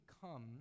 come